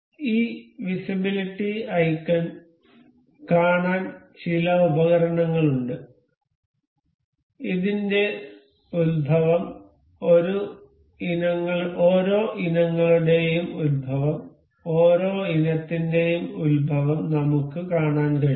ഈ ദൃശ്യപരത ഐക്കൺ കാണാൻ ചില ഉപകരണങ്ങൾ ഉണ്ട് ഇതിന്റെ ഉത്ഭവം ഓരോ ഇനങ്ങളുടെയും ഉത്ഭവം ഓരോ ഇനത്തിന്റെയും ഉത്ഭവം നമുക്ക് കാണാൻ കഴിയും